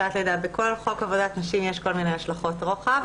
בכל חוק עבודת נשים יש כל מיני השלכות רוחב.